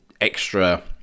extra